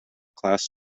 class